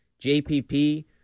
JPP